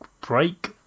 break